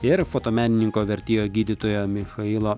ir fotomenininko vertėjo gydytojo michailo